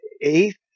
eighth